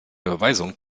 überweisungen